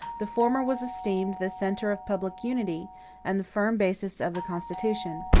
the former was esteemed the centre of public unity, and the firm basis of the constitution.